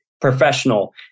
professional